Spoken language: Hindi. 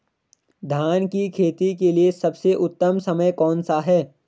धान की खेती के लिए सबसे उत्तम समय कौनसा है?